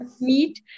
meet